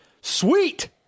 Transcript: sweet